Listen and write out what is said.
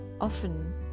often